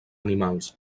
animals